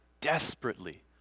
desperately